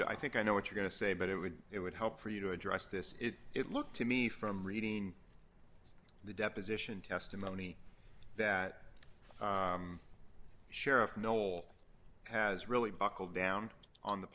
to i think i know what you're going to say but it would it would help for you to address this it looked to me from reading the deposition testimony that sheriff knoll has really buckled down on the